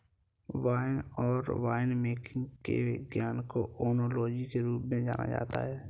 wine और winemaking के विज्ञान को ओनोलॉजी के रूप में जाना जाता है